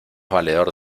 valedor